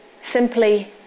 simply